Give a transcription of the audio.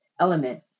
element